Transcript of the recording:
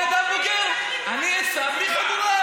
אני בן אדם בוגר, אני אסע בלי חגורה.